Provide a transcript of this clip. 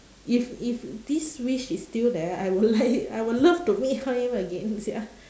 if if this wish is still there I would like I would love to meet her him again and say ah